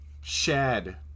Shad